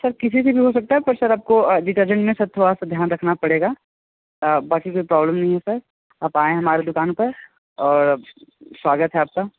sir किसी से भी हो सकता है पर सर आपको डिटर्जेंट में सर थोड़ा सा ध्यान रखना पड़ेगा बाकी कोई प्रॉब्लम नहीं है सर आप आए हमारे दुकान पर और स्वागत है आपका